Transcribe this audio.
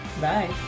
Bye